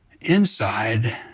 inside